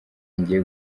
ngiye